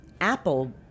Apple